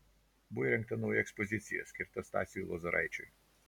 buvo įrengta nauja ekspozicija skirta stasiui lozoraičiui